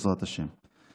בעזרת השם.